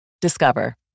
Discover